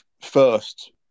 first